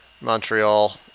Montreal